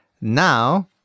Now